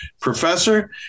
Professor